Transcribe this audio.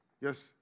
Yes